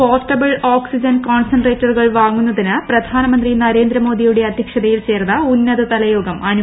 portable oxygen കോൺസൻട്രേറ്ററുകൾ വാങ്ങു ന്നതിന് പ്രധാനമന്ത്രി നരേന്ദ്രമോദിയുടെ അധ്യക്ഷതയിൽ ചേർന്ന ഉന്നതതല യോഗം അനുമതി നൽകി